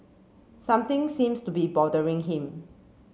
something seems to be bothering him